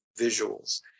visuals